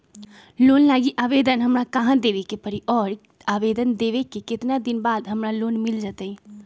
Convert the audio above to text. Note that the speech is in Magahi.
लोन लागी आवेदन हमरा कहां देवे के पड़ी और आवेदन देवे के केतना दिन बाद हमरा लोन मिल जतई?